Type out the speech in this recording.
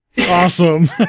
Awesome